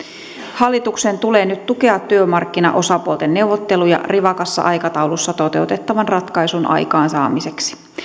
hallituksen tulee nyt tukea työmarkkinaosapuolten neuvotteluja rivakassa aikataulussa toteutettavan ratkaisun aikaansaamiseksi